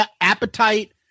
Appetite